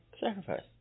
Sacrifice